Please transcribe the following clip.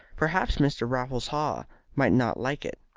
perhaps mr. raffles haw might not like it.